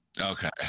Okay